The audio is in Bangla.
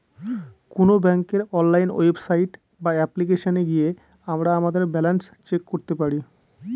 কোন ব্যাঙ্কের অনলাইন ওয়েবসাইট বা অ্যাপ্লিকেশনে গিয়ে আমরা আমাদের ব্যালান্স চেক করতে পারি